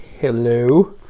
Hello